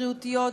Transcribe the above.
בריאותיות,